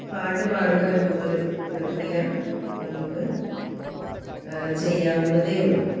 പാട്ട് പാടുക എന്നുള്ളൊരു പ്രക്രിയ നമുക്ക് ചെയ്യാവുന്നതേ ഉള്ളു